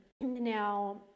now